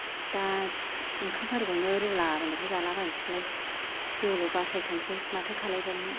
दा ओंखामफोरखौनो रुला बायनायखौ जालाबायनोसैलाय जिउ ल' बासायथोंसै माथो खालायबावनो